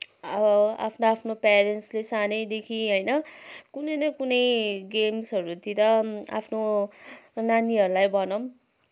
आफ्नो आफ्नो पेरेन्टसले सानैदेखि होइन कुनै न कुनै गेम्सहरूतिर आफ्नो नानीहरूलाई भनौँ